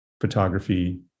photography